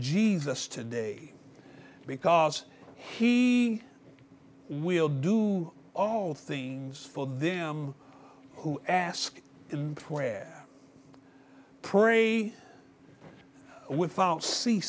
jesus today because he will do all things for them who ask him where pray without c